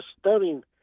stunning